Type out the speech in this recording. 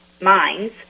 mines